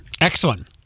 Excellent